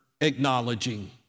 acknowledging